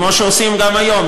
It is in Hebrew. כמו שעושים גם היום.